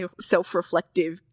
self-reflective